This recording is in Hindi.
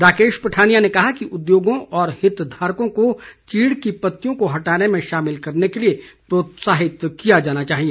राकेश पठानिया ने कहा कि उद्योगों और हितधारकों को चीड़ की पत्तियों को हटाने में शामिल करने के लिए प्रोत्साहित किया जाना चाहिए